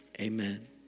amen